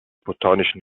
botanischen